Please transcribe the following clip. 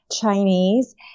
Chinese